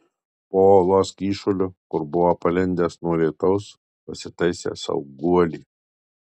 po uolos kyšuliu kur buvo palindęs nuo lietaus pasitaisė sau guolį